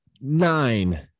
nine